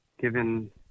given